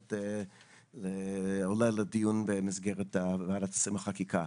שעומדת אולי לדיון במסגרת ועדת השרים לחקיקה.